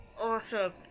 Awesome